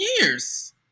years